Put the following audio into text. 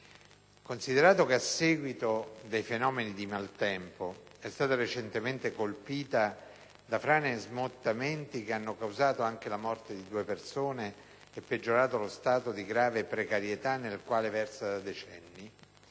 considerato che, a seguito dei fenomeni di maltempo, è stata recentemente colpita da frane e smottamenti che hanno causato anche la morte di due persone e peggiorato lo stato di grave precarietà nel quale versa da decenni;